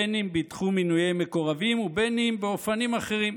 בין אם בתחום מינויי מקורבים ובין אם באופנים אחרים.